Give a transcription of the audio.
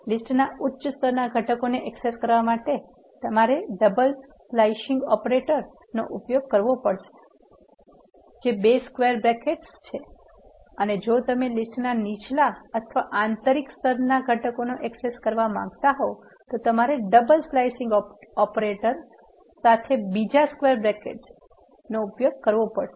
લીસ્ટના ઉચ્ચ સ્તરના ઘટકોને એક્સેસ કરવા માટે તમારે ડબલ સ્લિસીંગ ઓપરેટર નો ઉપયોગ કરવો પડશે જે બે સ્ક્વેર બ્રેકેત્સ છે અને જો તમે લીસ્ટના નીચલા અથવા આંતરિક સ્તરના ઘટકોને એક્સેસ કરવા માંગતા હો તો તમારે ડબલ સ્લિસીંગ ઓપરેટર સાથે બીજા સ્ક્વેર બ્રેકેત્સ નો ઉપયોગ કરવો પડશે